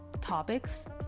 topics